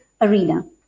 arena